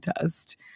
test